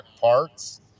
parts